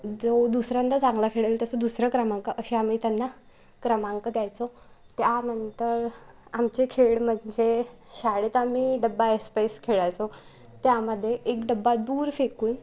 जो दुसऱ्यांदा चांगला खेळेल त्याचा दुसरा क्रमांक असे आम्ही त्यांना क्रमांक द्यायचो त्यानंतर आमचे खेळ म्हणजे शाळेत आम्ही डबा ऐसपैस खेळायचो त्यामध्ये एक डबा दूर फेकून